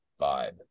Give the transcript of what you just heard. vibe